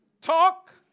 Talk